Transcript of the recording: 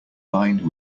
lined